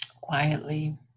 quietly